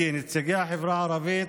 כנציגי החברה הערבית,